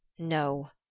no,